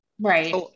right